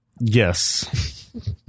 Yes